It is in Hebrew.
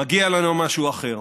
מגיע לנו משהו אחר.